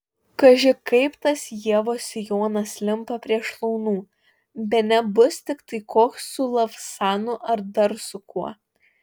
kaži kaip tas ievos sijonas limpa prie šlaunų bene bus tiktai koks su lavsanu ar dar su kuo